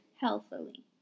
healthily